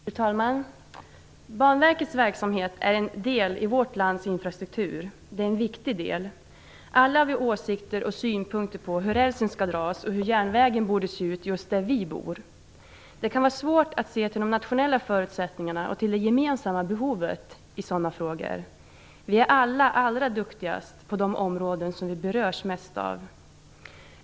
Fru talman! Banverkets verksamhet är en del av vårt lands infrastruktur, och det är en viktig del. Alla har vi åsikter om och synpunkter på hur rälsen skall dras och hur järnvägsnätet borde se ut just där vi bor. Det kan vara svårt att se till de nationella förutsättningarna och till det gemensamma behovet i sådana frågor. Vi är alla allra bäst på de områden som vi berörs mest av.